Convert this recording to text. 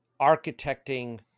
architecting